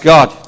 God